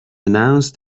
announced